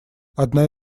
одна